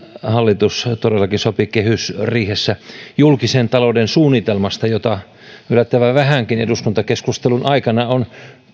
hallitus todellakin sopi kehysriihessä julkisen talouden suunnitelmasta jota yllättävän vähänkin eduskuntakeskustelun aikana on